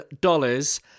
dollars